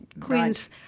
Queen's